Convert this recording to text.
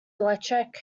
electric